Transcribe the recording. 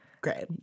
Great